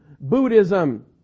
buddhism